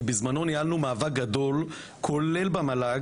כי בזמנו ניהלנו מאבק גדול כולל במועצה